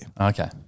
Okay